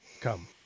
come